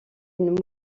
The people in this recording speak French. une